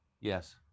Yes